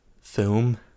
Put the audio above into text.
Film